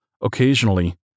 Occasionally